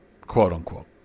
quote-unquote